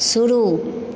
शुरू